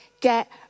Get